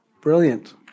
Brilliant